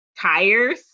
tires